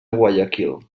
guayaquil